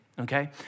okay